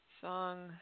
song